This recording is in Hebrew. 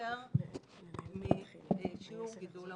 יותר משיעור גידול האוכלוסייה.